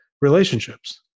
relationships